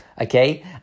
okay